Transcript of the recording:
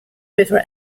river